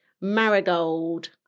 Marigold